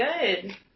good